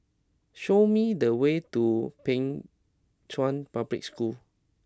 show me the way to Pei Chun Public School